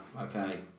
okay